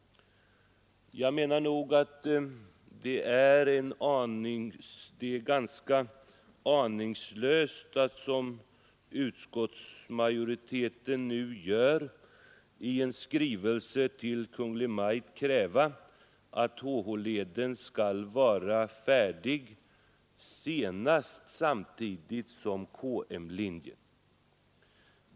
Det är för övrigt ganska aningslöst att, som utskottsmajoriteten nu föreslår, i en skrivelse till Kungl. Maj:t kräva att HH-leden skall vara färdig senast samtidigt som KM-leden.